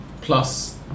plus